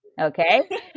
okay